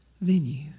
venue